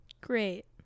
Great